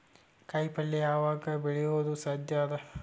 ಕಾಯಿಪಲ್ಯ ಯಾವಗ್ ಬೆಳಿಯೋದು ಸಾಧ್ಯ ಅದ?